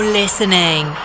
listening